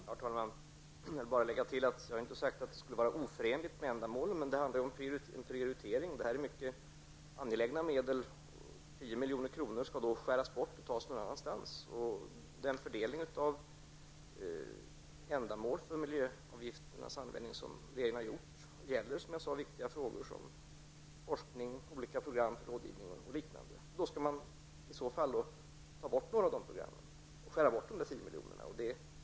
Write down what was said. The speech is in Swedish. Herr talman! Får jag bara tillägga att jag inte har sagt att det här skulle vara oförenligt med ändamålet, men det handlar om prioritering. Det här är mycket angelägna medel. 10 miljoner skulle behöva skäras bort från någonting annat. Den fördelning av användning av miljöavgifterna som regeringen har gjort gäller, som jag har sagt, sådana viktiga frågor som forskning, olika program, rådgivning och liknande. I så fall skulle man behöva ta bort något av dessa program och skära bort 10 miljoner.